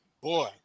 boy